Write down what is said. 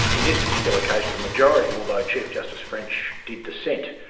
in this particular case the majority, although chief justice french did dissent,